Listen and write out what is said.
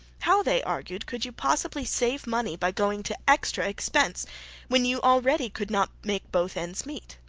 how, they argued, could you possibly save money by going to extra expense when you already could not make both ends meet?